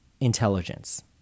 intelligence